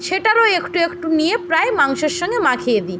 সেটারও একটু একটু নিয়ে প্রায় মাংসর সঙ্গে মাখিয়ে দিই